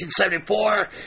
1974